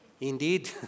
Indeed